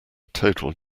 total